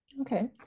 Okay